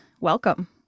welcome